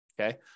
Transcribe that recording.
okay